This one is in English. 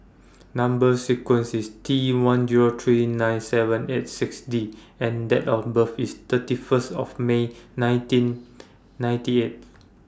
Number sequence IS T one Zero three nine seven eight six D and Date of birth IS thirty First of May nineteen ninety eight